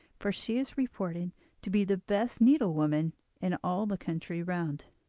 for she is reported to be the best needlewoman in all the country round.